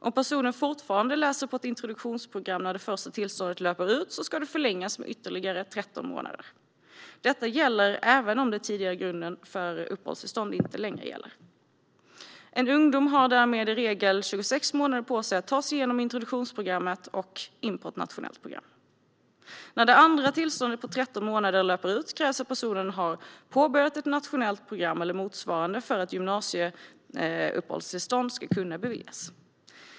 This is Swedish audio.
Om personen fortfarande läser på ett introduktionsprogram när det första tillståndet löper ut ska det förlängas med ytterligare 13 månader. Detta gäller även om tidigare grund för uppehållstillstånd inte längre gäller. En ungdom har därmed i regel 26 månader på sig att ta sig igenom introduktionsprogrammet och in på ett nationellt program. När det andra tillståndet på 13 månader löper ut krävs att personen har påbörjat ett nationellt program eller motsvarande för att gymnasieuppehållstillstånd ska kunna beviljas.